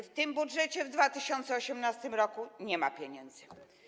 W tym budżecie, w 2018 r. nie ma pieniędzy.